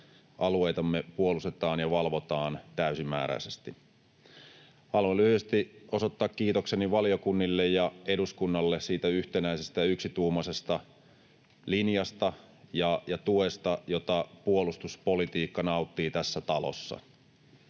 alueitamme puolustetaan ja valvotaan täysimääräisesti. Haluan lyhyesti osoittaa kiitokseni valiokunnille ja eduskunnalle siitä yhtenäisestä ja yksituumaisesta linjasta ja tuesta, jota puolustuspolitiikka nauttii tässä talossa.